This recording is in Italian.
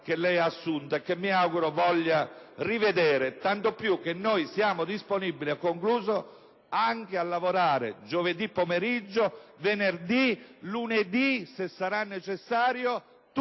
che ha assunto e che mi auguro voglia rivedere. Tanto più che noi siamo disponibili anche a lavorare giovedì pomeriggio, venerdì e lunedì, se sarà necessario: